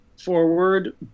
forward